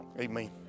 amen